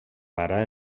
pare